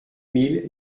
mille